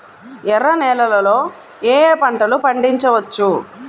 ఎర్ర నేలలలో ఏయే పంటలు పండించవచ్చు?